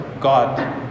God